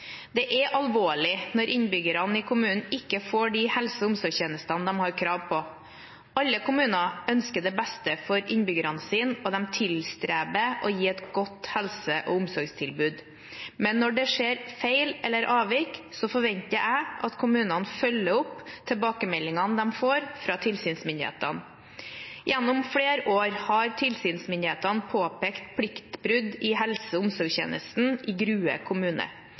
Det er alvorlig når innbyggerne i kommunene ikke får de helse- og omsorgstjenestene de har krav på. Alle kommuner ønsker det beste for innbyggerne sine, og de tilstreber å gi et godt helse- og omsorgstilbud. Men når det skjer feil eller avvik, forventer jeg at kommunene følger opp tilbakemeldingene de får fra tilsynsmyndighetene. Gjennom flere år har tilsynsmyndighetene påpekt pliktbrudd i helse- og omsorgstjenesten i Grue kommune.